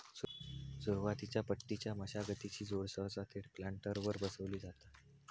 सुरुवातीच्या पट्टीच्या मशागतीची जोड सहसा थेट प्लांटरवर बसवली जाता